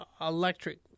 electric